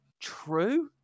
true